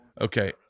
okay